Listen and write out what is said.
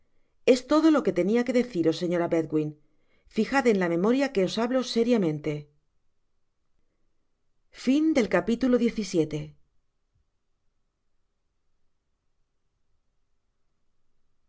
es todo lo que tenia que deciros señora bedwin fijad en la memoria que os hablo seria